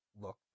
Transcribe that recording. look